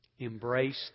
embraced